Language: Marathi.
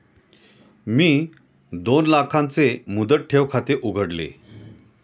मी दोन लाखांचे मुदत ठेव खाते उघडले